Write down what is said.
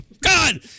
God